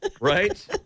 right